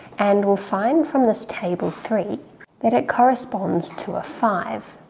and we'll find from this table three that it corresponds to a five.